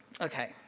Okay